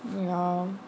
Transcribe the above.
ya